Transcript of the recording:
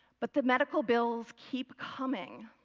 but the medical bills keep coming.